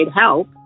help